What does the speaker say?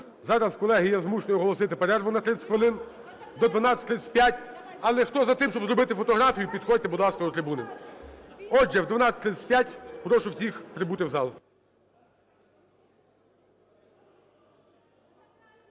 Зараз, колеги, я змушений оголосити перерву на 30 хвилин, до 12:35. Але хто за те, щоб зробити фотографію, підходьте, будь ласка, до трибуни. Отже, о 12:35 прошу всіх прибути в зал.